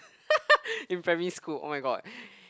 in primary school oh-my-god